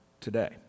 today